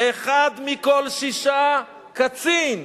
אחד מכל שישה קצין.